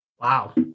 Wow